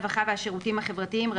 הרווחה והשירותים החברתיים,